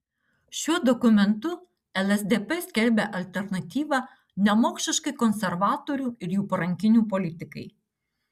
šiuo dokumentu lsdp skelbia alternatyvą nemokšiškai konservatorių ir jų parankinių politikai